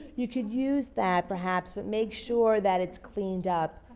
you could use that perhaps but make sure that it's cleaned up.